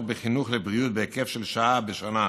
בחינוך לבריאות בהיקף של שעה בשנה לכיתה.